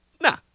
Nah